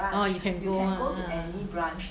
orh you can go ah ah